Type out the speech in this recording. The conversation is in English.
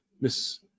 Miss